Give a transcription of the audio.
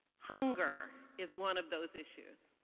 hunger is one of those issues.